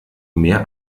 mehr